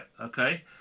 okay